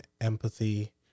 empathy